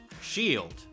Shield